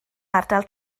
ardal